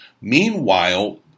Meanwhile